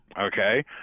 Okay